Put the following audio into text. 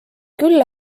küll